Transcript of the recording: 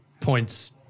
points